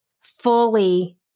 fully